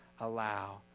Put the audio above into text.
allow